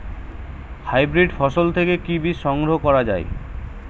Hybrid ফসল থেকে কি বীজ সংগ্রহ করা য়ায়?